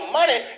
money